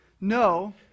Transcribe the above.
No